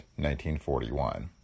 1941